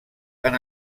han